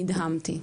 נדהמתי.